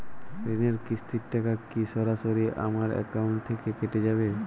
ঋণের কিস্তির টাকা কি সরাসরি আমার অ্যাকাউন্ট থেকে কেটে যাবে?